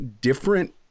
different